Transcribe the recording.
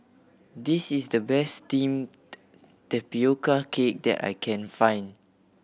this is the best steamed tapioca cake that I can find